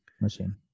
machine